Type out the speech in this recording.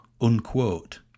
unquote